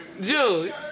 Jude